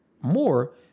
more